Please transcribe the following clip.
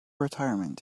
retirement